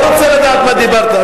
לא רוצה לדעת מה דיברת.